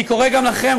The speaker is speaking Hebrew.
אני קורא גם לכם,